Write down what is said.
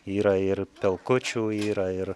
yra ir pelkučių yra ir